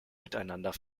miteinander